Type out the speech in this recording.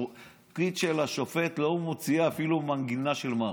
והמשרוקית של השופט לא מוציאה אפילו מנגינה של מארש.